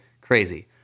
Crazy